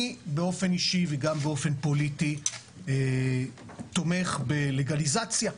אני באופן אישי וגם באופן פוליטי תומך בלגליזציה.